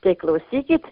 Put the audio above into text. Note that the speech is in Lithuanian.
tai klausykit